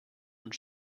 und